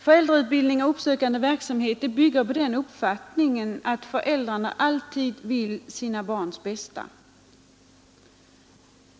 Föräldrautbildning och uppsökande verksamhet bygger på uppfattningen att föräldrarna alltid vill sina barns bästa.